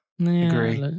agree